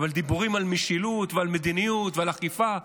אבל דיבורים על משילות ועל מדיניות ועל אכיפה,